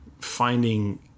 finding